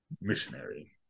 Missionary